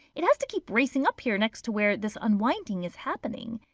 it has to keep racing up here next to where this unwinding is happening.